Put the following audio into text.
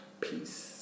Peace